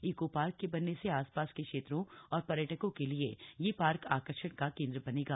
eco park के बनने से आस पास के क्षेत्रों और पर्यटकों के लिए यह पार्क आकर्षण का केन्द्र बनेगा